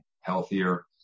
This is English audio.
healthier